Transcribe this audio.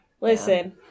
Listen